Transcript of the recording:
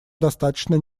достаточно